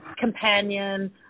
companion